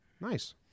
Nice